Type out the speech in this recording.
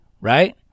right